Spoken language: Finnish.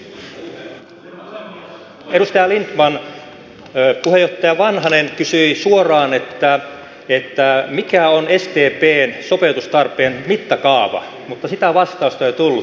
edustaja lindtman puheenjohtaja vanhanen kysyi suoraan mikä on sdpn sopeutustarpeen mittakaava mutta sitä vastausta ei tullut